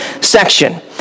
section